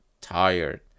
tired